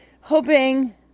hoping